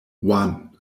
one